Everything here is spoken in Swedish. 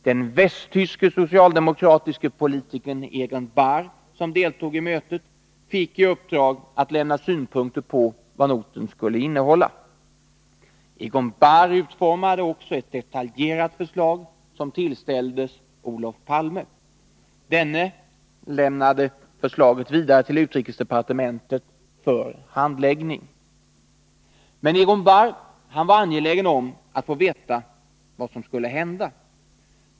Den västtyske socialdemokratiske politikern Egon Bahr, som deltog i mötet, fick i uppdrag att lämna synpunkter på vad noten skulle innehålla. Egon Bahr utformade också ett detaljerat förslag som tillställdes Olof Palme. Denne lämnade förslaget vidare till utrikesdepartementet för handläggning. Men Egon Bahr var angelägen att få veta vad som skulle hända.